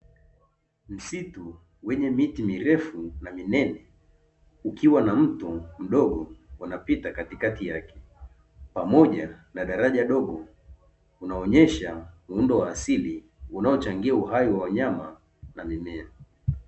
Msitu wenye miti mirefu na minene ukiwa na mto mdogo unapita katikati yake pamoja na daraja dogo, unaonyesha muundo wa asili unao changia uhai wa wanyama na mimea.